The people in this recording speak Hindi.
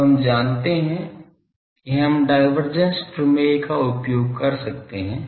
तो हम जानते हैं कि हम डाइवर्जेन्स प्रमेय का उपयोग कर सकते हैं